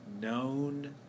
known